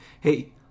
hey –